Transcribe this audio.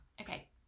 okay